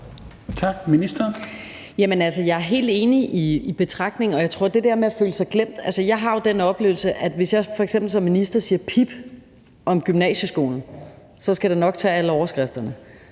Jamen altså, jeg er helt enig i betragtningen. Og med hensyn til det der med at føle sig glemt, så har jeg jo den oplevelse, at hvis jeg f.eks. som minister siger pip om gymnasieskolen, så skal det nok tage alle overskrifterne,